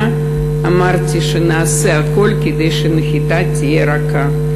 אמרתי שנעשה הכול כדי שהנחיתה תהיה רכה.